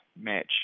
match